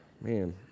Man